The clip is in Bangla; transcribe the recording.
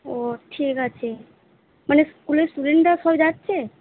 ও ঠিক আছে মানে স্কুলের স্টুডেন্টরা সব যাচ্ছে